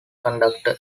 conductor